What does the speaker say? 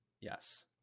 Yes